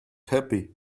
happy